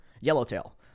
Yellowtail